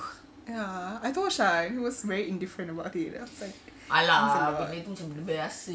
ya I was so shy he was very indifferent about I was like it was a lot